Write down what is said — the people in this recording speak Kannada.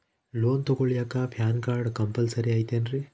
ಲೋನ್ ತೊಗೊಳ್ಳಾಕ ಪ್ಯಾನ್ ಕಾರ್ಡ್ ಕಂಪಲ್ಸರಿ ಐಯ್ತೇನ್ರಿ?